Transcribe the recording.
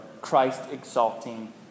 Christ-exalting